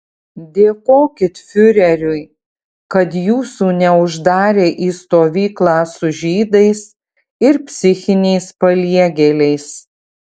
dėkokit fiureriui kad jūsų neuždarė į stovyklą su žydais ir psichiniais paliegėliais